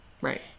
Right